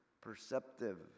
perceptive